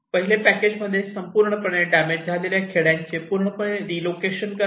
पहिले पॅकेज म्हणजे संपूर्णपणे डॅमेज झालेल्या खेड्यांचे पूर्णपणे री लोकेशन करणे